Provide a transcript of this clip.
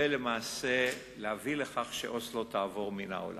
ולמעשה להביא לכך שאוסלו יעבור מן העולם,